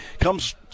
comes –